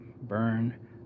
Burn